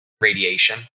radiation